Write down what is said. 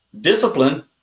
discipline